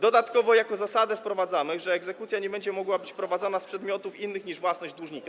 Ponadto jako zasadę wprowadzamy, że egzekucja nie będzie mogła być prowadzana z przedmiotów innych niż własność dłużnika.